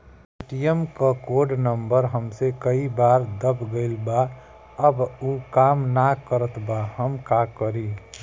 ATM क code number हमसे कई बार दब गईल बा अब उ काम ना करत बा हम का करी?